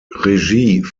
regie